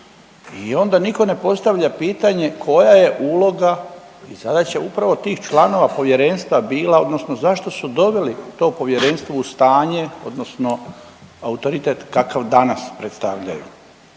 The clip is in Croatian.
I onda nitko ne postavlja pitanje koja je uloga i zadaća upravo tih članova Povjerenstva bila odnosno zašto su doveli to Povjerenstvo u stanje odnosno autoritet kakav danas predstavljaju?